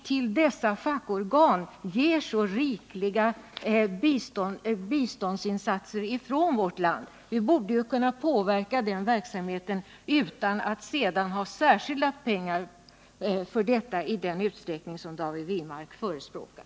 Till dessa fackorgan ger vi från vårt land så stort bistånd att vi borde kunna påverka denna verksamhet utan att senare behöva avsätta särskilda pengar för detta i den utsträckning som David Wirmark förespråkar.